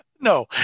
No